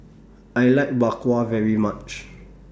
I like Bak Kwa very much